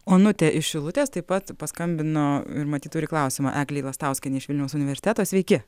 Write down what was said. onutė iš šilutės taip pat paskambino ir matyt turi klausimą eglei lastauskienei iš vilniaus universiteto sveiki